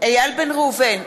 איל בן ראובן,